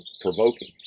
provoking